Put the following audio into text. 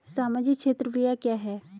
सामाजिक क्षेत्र व्यय क्या है?